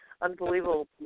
unbelievable